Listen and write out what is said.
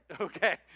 okay